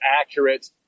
accurate